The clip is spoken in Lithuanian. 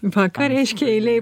va ką reiškia eilė